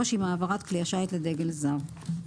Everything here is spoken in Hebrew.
עם העברת כלי השיט לדגל זר.